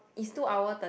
it's two hour thir~